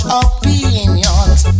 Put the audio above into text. opinions